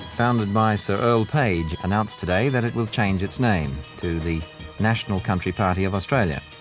founded by sir earle page, announced today that it will change its name to the national country party of australia.